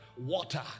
water